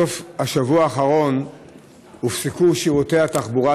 בסוף השבוע האחרון הופסקו שירותי התחבורה